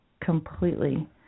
completely